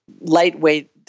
lightweight